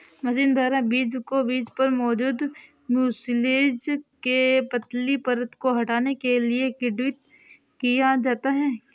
machine द्वारा बीज को बीज पर मौजूद म्यूसिलेज की पतली परत को हटाने के लिए किण्वित किया जाता है